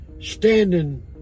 standing